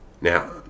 Now